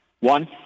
One